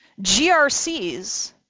GRCs